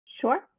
Sure